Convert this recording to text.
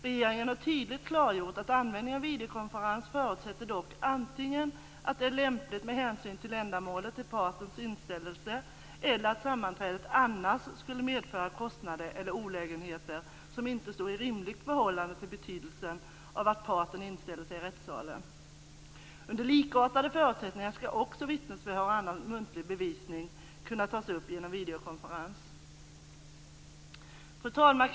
Regeringen har tydligt klargjort att användningen av videokonferens förutsätter antingen att det är lämpligt med hänsyn till ändamålet med partens inställelse eller att sammanträdet annars skulle medföra kostnader eller olägenheter som inte står i rimligt förhållande till betydelsen av att parten inställer sig i rättssalen. Under likartade förutsättningar skall också vittnesförhör och annan muntlig bevisning kunna tas upp genom videokonferens. Fru talman!